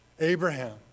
Abraham